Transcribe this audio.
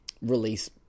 release